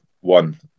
one